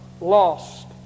lost